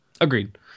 Agreed